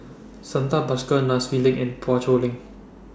Santha Bhaskar Nai Swee Leng and Poh Chua Leng